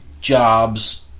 Jobs